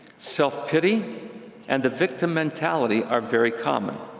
self-pity and the victim mentality are very common